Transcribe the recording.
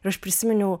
ir aš prisiminiau